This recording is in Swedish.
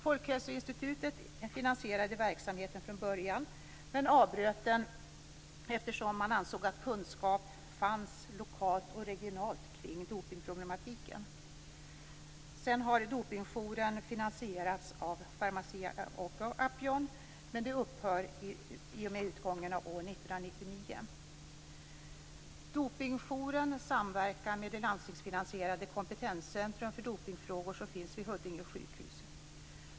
Folkhälsoinstitutet finansierade verksamheten från början, men avbröt den eftersom man ansåg att det fanns kunskap lokalt och regionalt kring drogproblematiken. Dopingjouren har sedan finansierats av Pharmacia & Upjohn, men den finansieringen upphör i och med utgången av 1999. Dopingjouren samverkar med det landstingsfinansierade Kompetenscentrum för dopingfrågor, som finns vid Huddinge sjukhus.